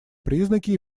признаки